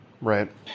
right